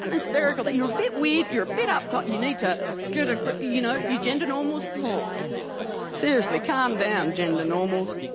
and hysterical that you're a bit weird you're a bit uptight. you need to get a you know your agenda and almost home seriously calm down gender normals